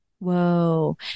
Whoa